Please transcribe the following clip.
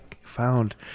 found